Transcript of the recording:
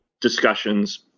discussions